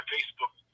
Facebook